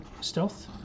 stealth